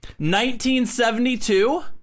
1972